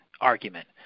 argument